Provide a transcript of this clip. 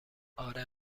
آره